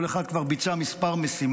כל אחד כבר ביצע כמה משימות,